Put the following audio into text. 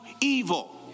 evil